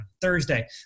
Thursday